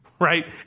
Right